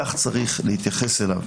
כך יש להתייחס אליו.